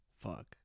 fuck